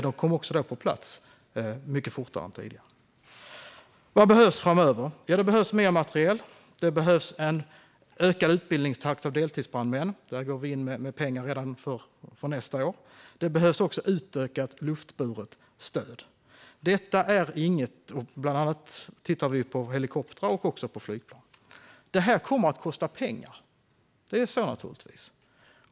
De kom också på plats mycket fortare än tidigare. Vad behövs framöver? Det behövs mer materiel. Det behövs en utökad utbildningstakt för deltidsbrandmän, och för detta går vi in med pengar redan från nästa år. Det behövs också utökat luftburet stöd. Bland annat tittar vi på helikoptrar och flygplan. Det här kommer naturligtvis att kosta pengar.